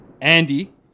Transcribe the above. Andy